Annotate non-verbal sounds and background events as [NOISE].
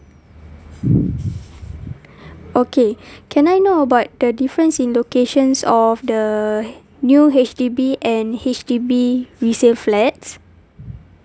okay [BREATH] can I know about the difference in locations all of the new H_D_B and H_D_B resale flats